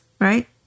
right